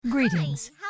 greetings